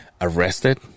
arrested